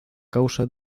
causa